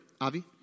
Avi